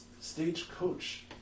stagecoach